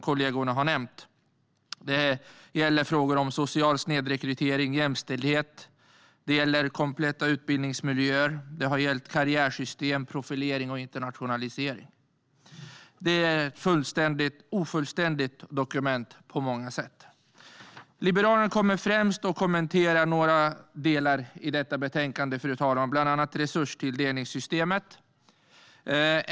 Det gäller frågor om social snedrekrytering, jämställdhet, kompletta utbildningsmiljöer, karriärsystem, profilering och internationalisering. Det här är ett på många sätt ofullständigt dokument. Liberalerna kommer främst att kommentera några delar av detta betänkande, fru talman, bland annat resurstilldelningssystemet.